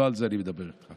לא על זה אני מדבר איתך,